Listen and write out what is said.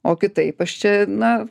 o kitaip aš čia na